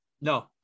No